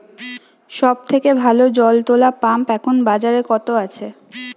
সব থেকে ভালো জল তোলা পাম্প এখন বাজারে কত আছে?